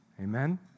Amen